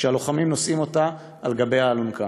כשהלוחמים נושאים אותה על אלונקה.